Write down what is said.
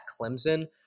Clemson